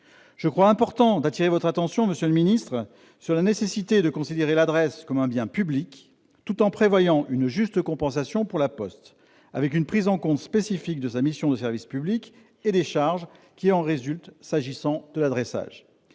je crois important d'appeler votre attention sur la nécessité de considérer l'adresse comme un bien public tout en prévoyant une juste compensation pour La Poste, avec une prise en compte spécifique de sa mission de service public et des charges qui en résultent au titre de l'adressage.